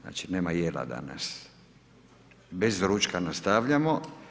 Znači nema jela danas, bez ručka nastavljamo.